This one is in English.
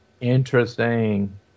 Interesting